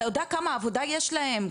אתה יודע כמה עבודה יש להם,